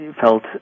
felt